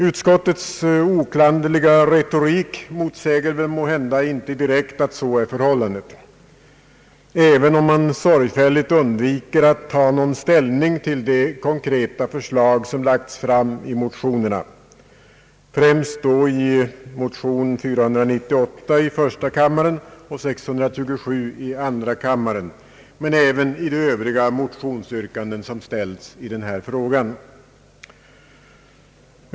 Utskottets oklanderliga retorik motsäger väl inte direkt att så är förhållandet, även om man sorgfälligt undviker att ta ställning till de konkreta förslag som lagts fram i motionerna — främst då i motionerna I: 498 och II: 627 men även i de övriga motionsyrkanden som ställts i denna fråga.